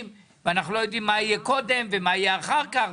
ואנחנו לא יודעים מה יהיה קודם ומה יהיה אחר כך,